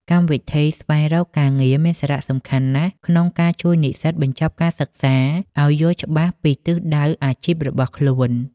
កម្មវិធីស្វែងរកការងារមានសារៈសំខាន់ណាស់ក្នុងការជួយនិស្សិតបញ្ចប់ការសិក្សាឱ្យយល់ច្បាស់ពីទិសដៅអាជីពរបស់ខ្លួន។